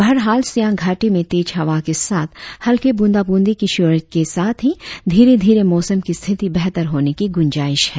बहरहाल सियांग घाटी में तेज हवा के साथ हलके बुंदा बुंदी की शुरुआत के साथ हो धीरे धीरे मौसम की स्थिति बेहतर होने की गुंजाइश है